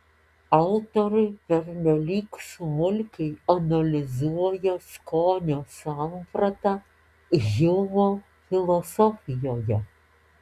autoriai pernelyg smulkiai analizuoja skonio sampratą hjumo filosofijoje